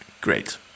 great